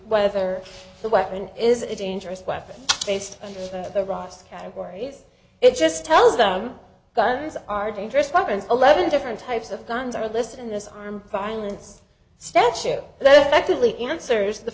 whether the weapon is a dangerous weapon based on the ross categories it just tells them guns are dangerous weapons eleven different types of guns are listed in this arm violence statue that actively answers the